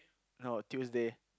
no Tuesday